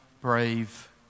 brave